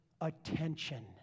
attention